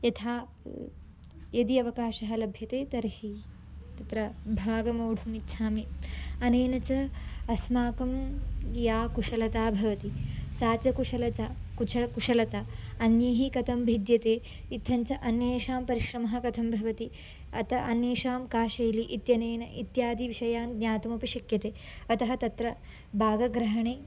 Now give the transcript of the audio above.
यथा यदि अवकाशः लभ्यते तर्हि तत्र भागं वोढुम् इच्छामि अनेन च अस्माकं या कुशलता भवति सा च कुशलता कुशलं कुशलता अन्यैः कथं भिद्यते इत्थं च अन्येषां परिश्रमः कथं भवति अतः अन्येषां का शैली इत्यनेन इत्यादिविषयान् ज्ञातुमपि शक्यते अतः तत्र भागग्रहणे